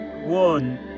one